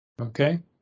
Okay